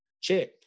check